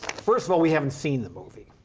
first of all, we haven't seen the movie.